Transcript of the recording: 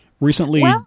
Recently